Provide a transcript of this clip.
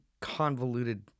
convoluted